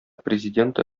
президенты